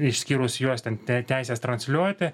išskyrus juos ten teisės transliuoti